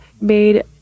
made